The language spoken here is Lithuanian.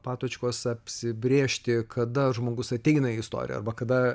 patočkos apsibrėžti kada žmogus ateina į istoriją arba kada